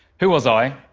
who was i?